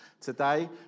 today